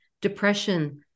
depression